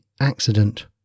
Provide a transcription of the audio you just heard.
accident